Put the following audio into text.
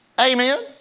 Amen